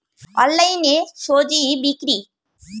অনলাইনে স্বজি বিক্রি?